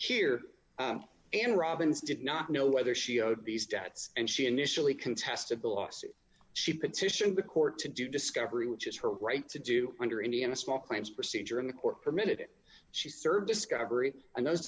here and robbins did not know whether she owed these debts and she initially contest of the lost sheep petition the court to do discovery which is her right to do under indiana small claims procedure in the court permitted it she served discovery and those